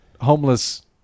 homeless